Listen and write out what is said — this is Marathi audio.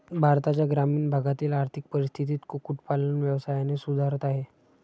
भारताच्या ग्रामीण भागातील आर्थिक परिस्थिती कुक्कुट पालन व्यवसायाने सुधारत आहे